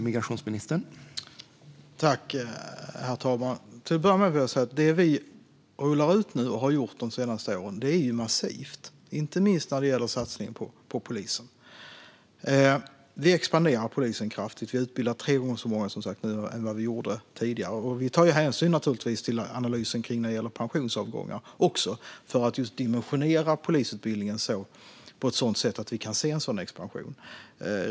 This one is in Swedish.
Herr talman! Det vi har rullat ut de senaste åren är massivt, inte minst satsningen på polisen. Vi expanderar polisen kraftigt, och vi låter utbilda tre gånger fler nu än tidigare. Vi tar naturligtvis även hänsyn till analysen av kommande pensionsavgångar för att dimensionera polisutbildningen på ett sådant sätt att det blir en expansion.